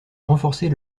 renforcer